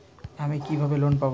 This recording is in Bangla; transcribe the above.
আমি কিভাবে লোন পাব?